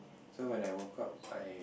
so when I woke I